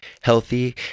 healthy